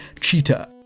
Cheetah